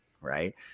right